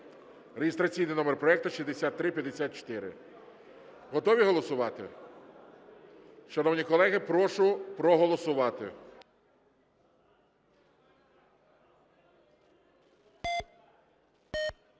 (реєстраційний номер проекту 6354). Готові голосувати? Шановні колеги, прошу проголосувати.